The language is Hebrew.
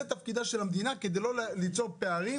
זה תפקידה של המדינה כדי לא ליצור פערים